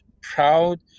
proud